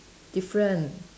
different